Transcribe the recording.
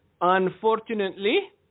unfortunately